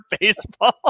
baseball